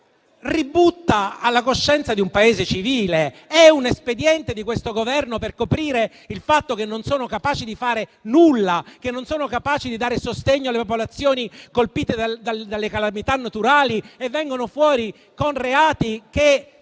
ributta alla coscienza di un Paese civile. È un espediente di questo Governo per coprire il fatto che non sono capaci di fare nulla, che non sono capaci di dare sostegno alle popolazioni colpite dalle calamità naturali e vengono fuori con reati che